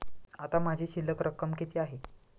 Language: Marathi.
आता माझी शिल्लक रक्कम किती आहे?